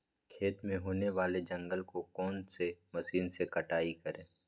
खेत में होने वाले जंगल को कौन से मशीन से कटाई करें?